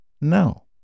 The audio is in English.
No